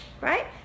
right